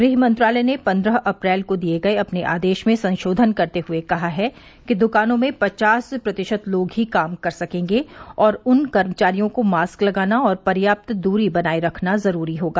गृह मंत्रालय ने पन्द्रह अप्रैल को दिए गए अपने आदेश में संशोधन करते हुए कहा है कि दुकानों में पचास प्रतिशत लोग ही काम कर सकेंगे और उन कर्मचारियों को मास्क लगाना और पर्याप्त दूरी बनाए रखना जरूरी होगा